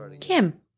Kim